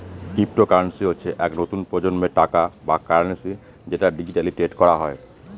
cryptocurrency হচ্ছে এক নতুন প্রজন্মের টাকা বা কারেন্সি যেটা ডিজিটালি ট্রেড করা হয়